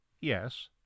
yes